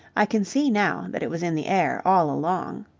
i can see now that it was in the air all along.